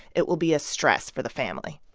it will be a stress for the family